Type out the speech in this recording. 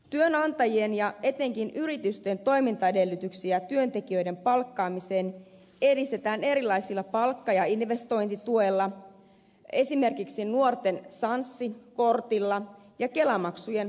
työnantajien ja etenkin yritysten toimintaedellytyksiä työntekijöiden palkkaamiseen edistetään erilaisilla palkka ja investointituilla esimerkiksi nuorten sanssi kortilla ja kelamaksujen poistolla